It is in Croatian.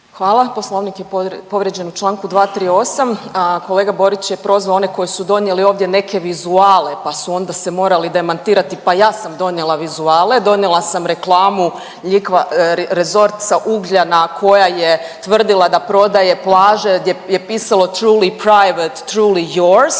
Hvala. Poslovnik je povrijeđen u čl. 238., kolega Borić je prozvao one koji su donijeli ovdje neke vizuale, pa su onda se morali demantirati, pa ja sam donijela vizuale, donijela sam reklamu LIOQA Resort sa Ugljana koja je tvrdila da prodaje plaže gdje je pisalo…/Govornik se